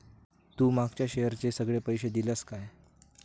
तू मागच्या शेअरचे सगळे पैशे दिलंस काय?